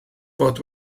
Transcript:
fod